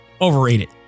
overrated